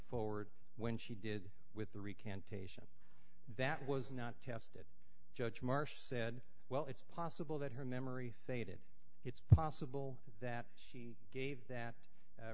forward when she did with the recantation that was not tested judge marsh said well it's possible that her memory faded it's possible that she gave that